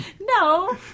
No